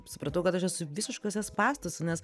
supratau kad aš esu visiškuose spąstus nes